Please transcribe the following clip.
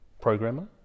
programmer